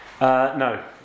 No